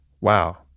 wow